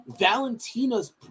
Valentina's